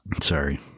sorry